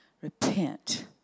repent